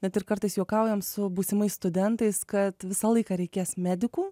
net ir kartais juokaujame su būsimais studentais kad visą laiką reikės medikų